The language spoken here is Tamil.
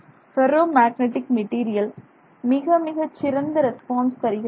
ஃபெர்ரோ மேக்னடிக் மெட்டீரியல் மிக மிகச் சிறந்த ரெஸ்பான்ஸ் தருகிறது